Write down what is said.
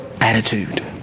attitude